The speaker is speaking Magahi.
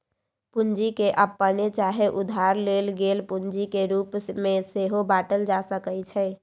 पूंजी के अप्पने चाहे उधार लेल गेल पूंजी के रूप में सेहो बाटल जा सकइ छइ